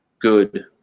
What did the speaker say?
good